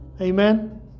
Amen